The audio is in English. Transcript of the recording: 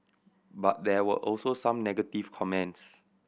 but there were also some negative comments